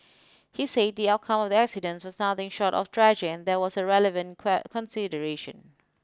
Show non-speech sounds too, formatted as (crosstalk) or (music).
he say the outcome of the accident was nothing short of tragic and that was a relevant (unintelligible) consideration